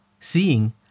Seeing